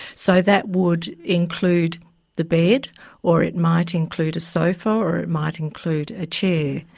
so that would include the bed or it might include a sofa or it might include a chair.